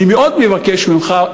אני מאוד מבקש ממך,